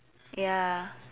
ya